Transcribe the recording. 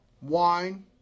wine